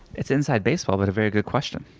it's inside baseball but a very good question.